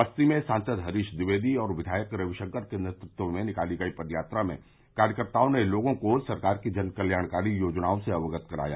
बस्ती में सांसद हरीश ट्विवेदी और विधायक रविशंकर के नेतत्व में निकाली गयी पद यात्रा में कार्यकर्ताओं ने लोगों को सरकार की जनकल्याणकारी योजनाओं से अवगत कराया